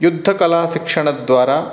युद्धकलाशिक्षणद्वारा